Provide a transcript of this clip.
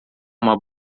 uma